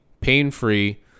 pain-free